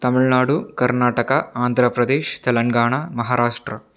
Tamil Nadu Karnataka Andhra Pradesh Telangana Maharashtra